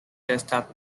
desktop